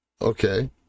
Okay